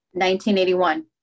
1981